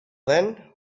then